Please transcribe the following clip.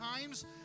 times